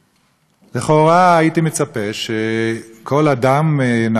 לכאורה הייתי מצפה שכל אדם נאור בעולם